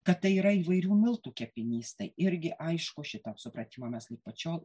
kad tai yra įvairių miltų kepinys tai irgi aišku šitą supratimą mes ligpat šiol